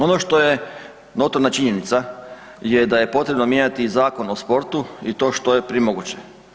Ono što je notorna činjenica je da je potrebno mijenjati Zakon o sportu i to što je prije moguće.